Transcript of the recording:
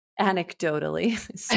anecdotally